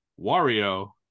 Wario